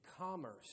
commerce